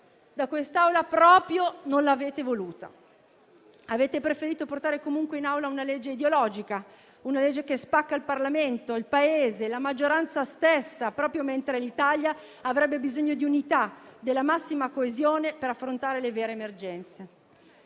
da quest'Assemblea proprio non l'avete voluta. Avete preferito portare comunque in Aula una legge ideologica che spacca il Parlamento, il Paese e la maggioranza stessa, proprio mentre l'Italia avrebbe bisogno di unità e della massima coesione per affrontare le vere emergenze.